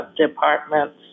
departments